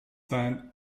then